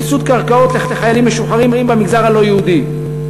סבסוד קרקעות לחיילים משוחררים במגזר הלא-יהודי.